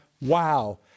wow